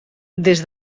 des